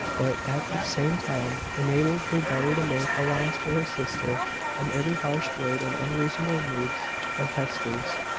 but, at the same time, enabled her better to make allowance for her sister and every harsh word and unreasonable mood of hester's,